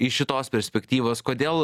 iš šitos perspektyvos kodėl